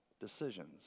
decisions